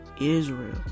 Israel